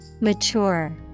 Mature